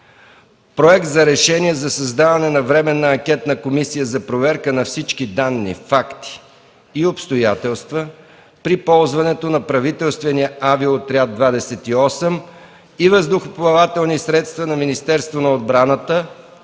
Проект за решение за създаване на Временна анкетна комисия за проверка на всички данни, факти и обстоятелства при ползването на правителствения „Авиоотряд 28” и въздухоплавателни средства на Министерството на отбраната в